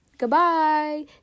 Goodbye